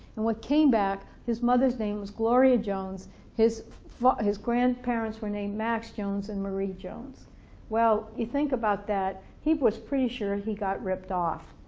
and what came back, his mother's name was gloria jones his his grandparents were named max jones and marie jones well you think about that, he was pretty sure he got ripped off